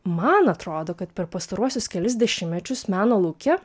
man atrodo kad per pastaruosius kelis dešimtmečius meno lauke